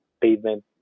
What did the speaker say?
pavement